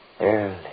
Early